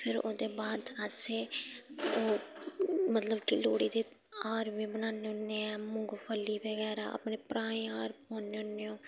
फिर ओह्दे बाद असें मतलब कि लोह्ड़ी दे हार बी बनान्ने होन्ने ऐं मुंगफली बगैरा अपने भ्राएं गी हार पोआन्ने होन्ने आं